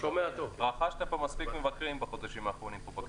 --- רכשת מספיק מבקרים בחודשים האחרונים פה בכנסת,